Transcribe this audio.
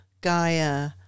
Gaia